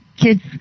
kids